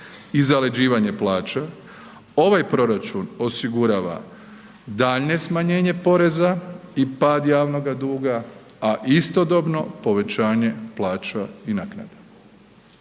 i zaleđivanje plaća, ovaj proračun osigurava daljnje smanjenje poreza i pad javnoga duga, a istodobno povećanje plaća i naknada.